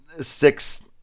six